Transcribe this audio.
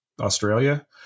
Australia